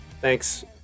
Thanks